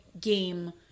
game